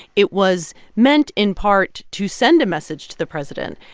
it was meant in part to send a message to the president.